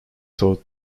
thought